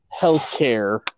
healthcare